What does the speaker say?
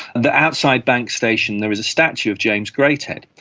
and that outside bank station there's a statue of james greathead,